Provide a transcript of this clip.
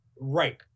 Right